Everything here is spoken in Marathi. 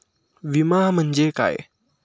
विमा म्हणजे काय?